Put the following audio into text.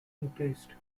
increased